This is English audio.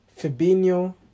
Fabinho